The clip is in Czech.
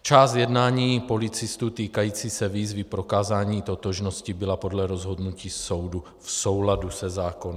Část jednání policistů týkající se výzvy prokázání totožnosti byla podle rozhodnutí soudu v souladu se zákonem.